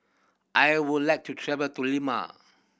I would like to travel to Lima